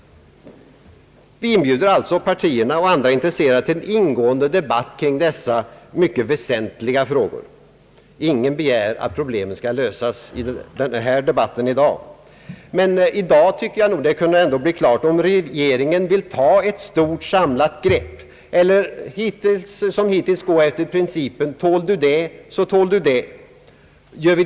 Vi inbjuder alltså partierna och and ra intresserade till en ingående debatt kring dessa mycket väsentliga frågor. Ingen begär att problemen skall lösas i denna debatt i dag, men det borde i dag bli klart om regeringen vill ta ett stort samlat grepp eller som hittills gå efter principen »tål du det, så tål du det».